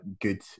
good